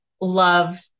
love